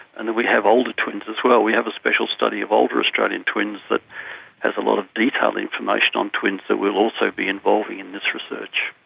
and then we have older twins as well, we have a special study of older australian twins that has a lot of detailed information on twins that we will also be involving in this research.